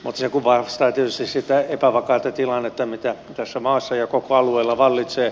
se kuvastaa tietysti sitä epävakaata tilannetta mikä tässä maassa ja koko alueella vallitsee